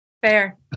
Fair